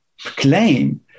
claim